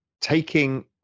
taking